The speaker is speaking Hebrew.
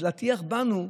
אז להטיח בנו,